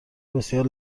بسیار